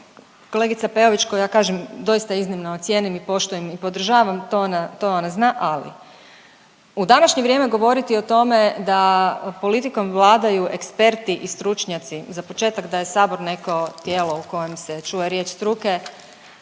Kolega Peović koju ja kažem doista iznimno cijenim i poštujem i podržavam to ona zna, ali u današnje vrijeme govoriti o tome da politikom vladaju eksperti i stručnjaci, za početak da je Sabor neko tijelo u kojem se čuje riječ struke